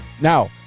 Now